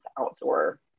outdoor